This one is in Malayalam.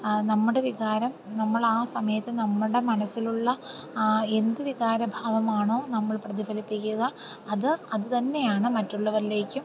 നമ്മുടെ വികാരം നമ്മളാ സമയത്ത് നമ്മളുടെ മനസ്സിലുള്ള എന്ത് വികാര ഭാവമാണോ നമ്മൾ പ്രതിഫലിപ്പിക്കുക അത് അത് തന്നെയാണ് മറ്റുള്ളവരിലേക്കും